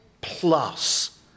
plus